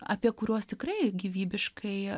apie kuriuos tikrai gyvybiškai